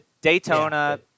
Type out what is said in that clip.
Daytona